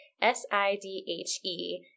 S-I-D-H-E